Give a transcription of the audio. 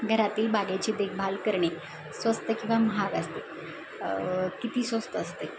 घरातील बागेची देखभाल करणे स्वस्त किंवा महाग असते किती स्वस्त असतं आहे